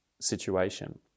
situation